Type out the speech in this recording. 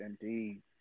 indeed